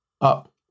up